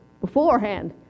beforehand